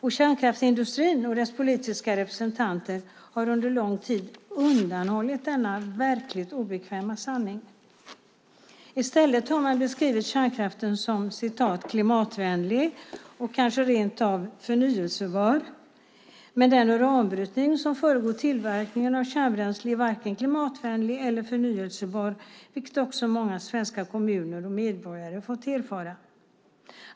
Och kärnkraftsindustrin och dess politiska representanter har under lång tid undanhållit denna verkligt obekväma sanning. I stället har man beskrivit kärnkraften som klimatvänlig och kanske rent av förnybar. Men den uranbrytning som föregår tillverkningen av kärnbränsle är varken klimatvänlig eller förnybar, vilket också många svenska kommuner och medborgare fått erfara.